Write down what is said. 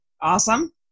Awesome